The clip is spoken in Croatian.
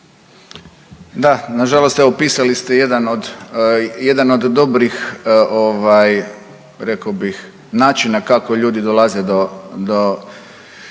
Da nažalost evo opisali ste jedan od dobrih ovaj rekao bih načina kako ljudi dolaze do